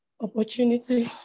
opportunity